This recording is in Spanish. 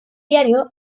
diario